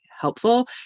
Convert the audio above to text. helpful